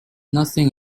nothing